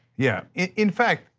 yeah in fact,